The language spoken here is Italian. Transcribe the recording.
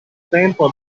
tempo